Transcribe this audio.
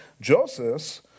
Joseph